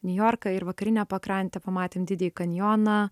niujorką ir vakarinę pakrantę pamatėm didįjį kanjoną